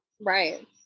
Right